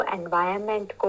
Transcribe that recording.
environment